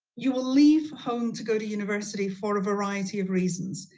you will leave home to go to university for a variety of reasons.